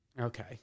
Okay